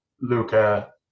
Luca